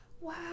Wow